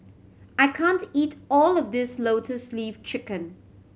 I can't eat all of this Lotus Leaf Chicken